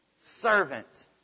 servant